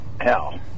hell